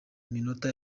minota